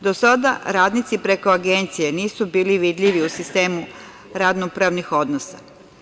Do sada radnici preko agencije nisu bili vidljivi u sistemu radno-pravnih odnosa.